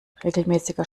regelmäßiger